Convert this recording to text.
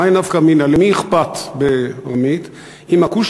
מאי נפקא מינה,